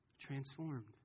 transformed